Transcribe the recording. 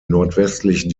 nordwestlich